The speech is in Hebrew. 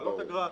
להעלות אגרה.